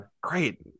Great